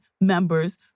members